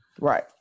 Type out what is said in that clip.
Right